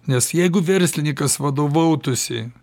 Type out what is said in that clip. nes jeigu verslinikas vadovautųsi